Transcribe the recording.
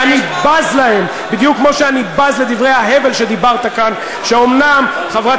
ואני בז להן בדיוק כמו שאני בז לדברי ההבל שדיברת כאן שאומנם חברת